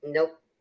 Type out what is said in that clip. Nope